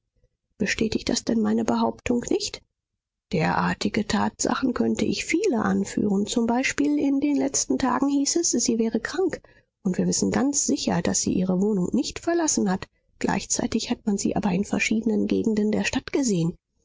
bestätigt das denn meine behauptung nicht derartige tatsachen könnte ich viele anführen zum beispiel in den letzten tagen hieß es sie wäre krank und wir wissen ganz sicher daß sie ihre wohnung nicht verlassen hat gleichzeitig hat man sie aber in verschiedenen gegenden der stadt gesehen